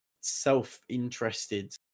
self-interested